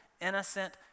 innocent